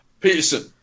Peterson